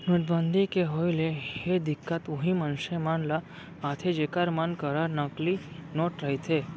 नोटबंदी के होय ले ए दिक्कत उहीं मनसे मन ल आथे जेखर मन करा नकली नोट रहिथे